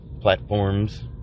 platforms